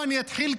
אני אתחיל,